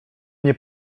nie